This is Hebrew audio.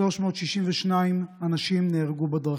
362 אנשים נהרגו בדרכים,